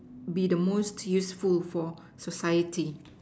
be the most useful for society